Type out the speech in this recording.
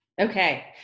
Okay